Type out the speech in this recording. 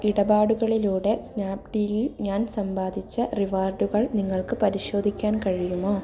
ഇടപാടുകളിലൂടെ സ്നാപ്ഡീലിൽ ഞാൻ സമ്പാദിച്ച റിവാർഡുകൾ നിങ്ങൾക്ക് പരിശോധിക്കാൻ കഴിയുമോ